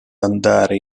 andare